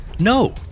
No